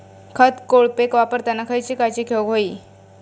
खत कोळपे वापरताना खयची काळजी घेऊक व्हयी?